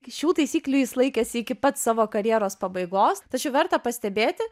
šių taisyklių jis laikėsi iki pat savo karjeros pabaigos tačiau verta pastebėti